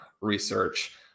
research